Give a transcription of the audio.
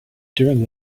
during